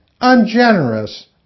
ungenerous